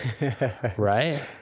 Right